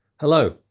Hello